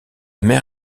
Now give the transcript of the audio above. mer